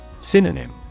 Synonym